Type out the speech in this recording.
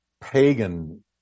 pagan